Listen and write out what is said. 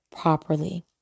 properly